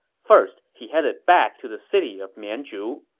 first, he headed back to the city of mianzhu.